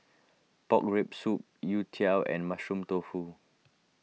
Pork Rib Soup Youtiao and Mushroom Tofu